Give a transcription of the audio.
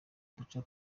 duca